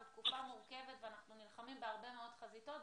זו תקופה מורכבת ואנחנו נלחמים בהרבה מאוד חזיתות,